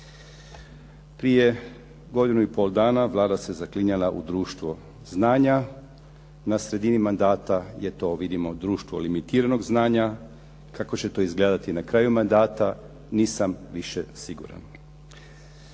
Prije godinu i pol dana Vlada se zaklinjala u društvo znanja, na sredini mandata je to vidimo društvo limitiranog znanja. Kako će to izgledati na kraju mandata nisam više siguran.